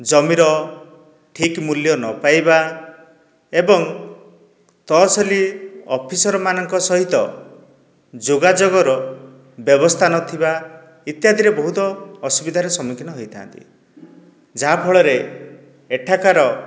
ଜମିର ଠିକ ମୂଲ୍ୟ ନ ପାଇବା ଏବଂ ତହସିଲ ଅଫିସର ମାନଙ୍କ ସହିତ ଯୋଗାଯୋଗର ବ୍ୟବସ୍ଥା ନଥିବା ଇତ୍ୟାଦିରେ ବହୁତ ଅସୁବିଧାର ସମ୍ମୁଖୀନ ହୋଇଥାନ୍ତି ଯାହା ଫଳରେ ଏଠାକାର